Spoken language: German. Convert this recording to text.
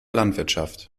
landwirtschaft